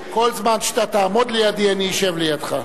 כל זמן שאתה תעמוד לידי אני אשב לידך.